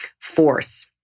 force